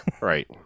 Right